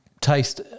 taste